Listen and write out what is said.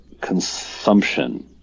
consumption